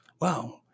Wow